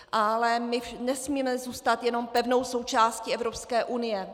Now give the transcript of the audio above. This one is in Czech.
Ale my nesmíme zůstat jenom pevnou součástí Evropské unie.